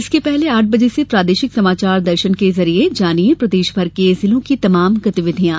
इससे पहले आठ बजे से प्रादेशिक समाचार दर्शन के जरिए जानिये प्रदेशभर के जिलों की तमाम गतिविधियां